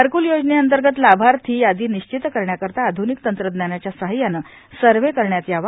घरकूल योजनेअंतर्गत लाभार्थी यादी निश्चित करण्याकरीता आध्निक तंत्रज्ञानाच्या साहाय्याने सर्व्हे करण्यात यावा